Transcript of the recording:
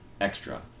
extra